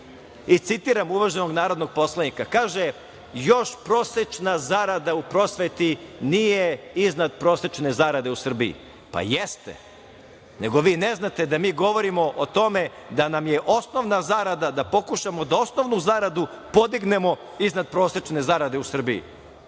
citiram narodnog poslanika – još prosečna zarada u prosveti nije iznad prosečne zarade u Srbiji. Pa jeste, nego vi ne znate da mi govorimo o tome da nam je osnovna zarada, da pokušamo da osnovnu zaradu, podignemo iznad prosečne zarade u